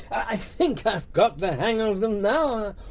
i think i've got the hang of them now!